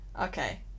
okay